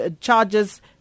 charges